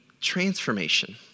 transformation